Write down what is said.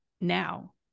now